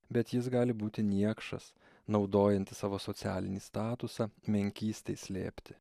bet jis gali būti niekšas naudojantis savo socialinį statusą menkystei slėpti